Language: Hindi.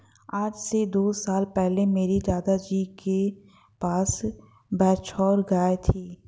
आज से दो साल पहले मेरे दादाजी के पास बछौर गाय थी